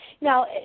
Now